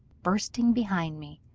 bursting behind me,